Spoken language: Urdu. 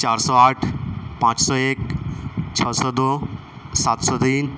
چار سو آٹھ پانچ سو ایک چھ سو دو سات سو تین